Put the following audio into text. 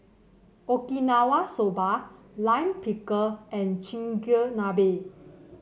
Okinawa Soba Lime Pickle and Chigenabe